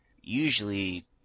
usually